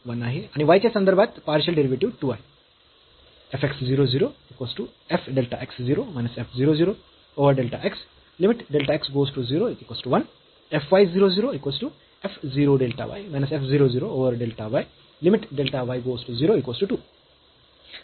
तर x च्या संदर्भात पार्शियल डेरिव्हेटिव्ह 1 आहे आणि y च्या संदर्भात पार्शियल डेरिव्हेटिव्ह 2 आहे